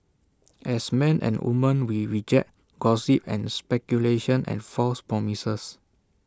as men and women we reject gossip and speculation and false promises